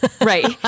Right